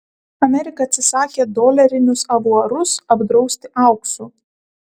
amerika atsisakė dolerinius avuarus apdrausti auksu